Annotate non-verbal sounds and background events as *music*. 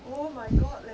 *laughs*